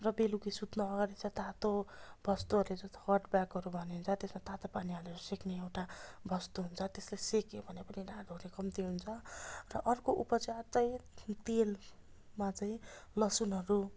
र बेलुकी सुत्नु अगाडि चाहिँ तातो बस्तुहरूले जस्तो हट ब्यागहरू भनिन्छ त्यसमा तातो पानी हालेर सेक्ने एउटा बस्तु हुन्छ त्यसले सेक्यो भने पनि ढाड दुख्ने कम्ती हुन्छ र अर्को उपचार चाहिँ तेलमा चाहिँ लसुनहरू